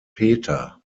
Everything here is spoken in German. peter